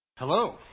Hello